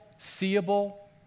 seeable